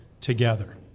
together